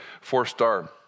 four-star